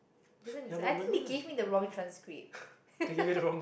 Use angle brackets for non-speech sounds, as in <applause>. doesn't make sense I think they give me the wrong transcript <laughs>